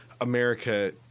America